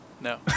No